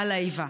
על האיבה.